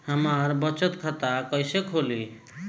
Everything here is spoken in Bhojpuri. हम बचत खाता कइसे खोलीं?